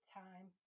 time